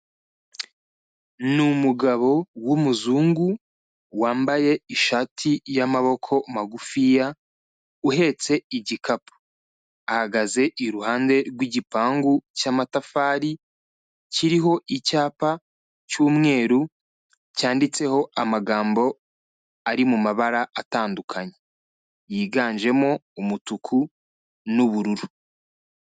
Ni umugabo w'umuzungu wambaye ishati y'amaboko magufiya, uhetse igikapu. Ahagaze iruhande rw'igipangu cy'amatafari, kiriho icyapa cy'umweru cyanditseho amagambo ari mu mabara atandukanye yiganjemo umutuku n'ubururu.